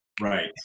Right